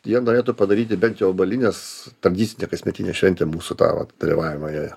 jie norėtų padaryti bent jau obuolines tradicinę kasmetinę šventę mūsų tą vat dalyvavimą joje